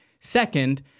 Second